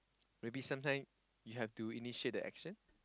maybe sometime you have to initiate the action